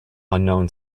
unknown